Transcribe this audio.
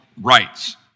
rights